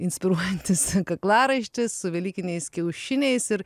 inspiruojantis kaklaraištis su velykiniais kiaušiniais ir